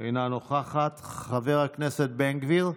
אינה נוכחת, חבר הכנסת בן גביר,